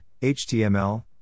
HTML